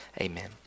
Amen